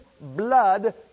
blood